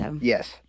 Yes